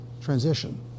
transition